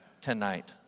tonight